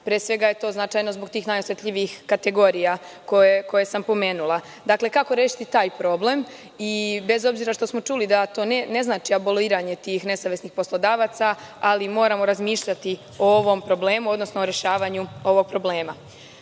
Pre svega je to značajno zbog tih najosetljivijih kategorija koje sam pomenula. Kako rešiti taj problem. Bez obzira što smo čuli da to ne znači aboliranje tih nesavesnih poslodavaca ali moramo razmišljati o ovom problemu, odnosno o rešavanju ovog problema. Postavila